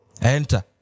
enter